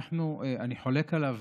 אני חולק עליו